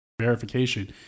verification